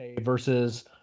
versus